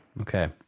okay